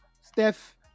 Steph